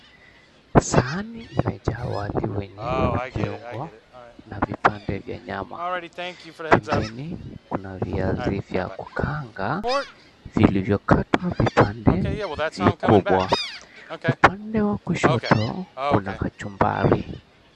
Sahani imejaa wali wenye viungo na vipande vya nyama. Pembeni kuna viazi vya kukaanga vilivyokatwa vipande vikubwa. Upande mwingine wa kushoto kuna kachumbari.